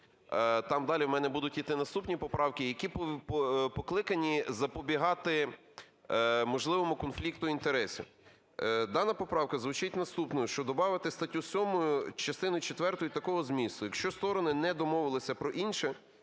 там далі в мене будуть йти наступні поправки, які покликані запобігати можливому конфлікту інтересів. Дана поправка звучить наступною: щоб добавити у статтю 7 частини четвертої такого змісту: "Якщо сторони не домовилися про інше,